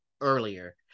earlier